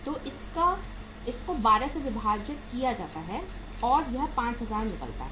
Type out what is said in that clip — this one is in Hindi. तो इसको 12 से विभाजित किया जाता है और यह 5000 निकलता है